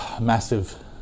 massive